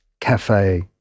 cafe